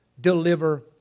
deliver